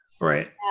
Right